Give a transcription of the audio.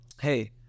hey